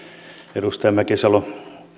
edustaja mäkisalo